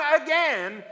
again